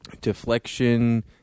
Deflection